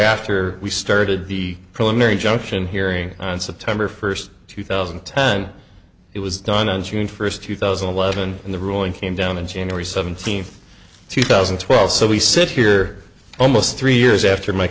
thereafter we started the preliminary injunction hearing on september first two thousand and ten it was done on june first two thousand and eleven and the ruling came down in january seventeenth two thousand and twelve so we sit here almost three years after my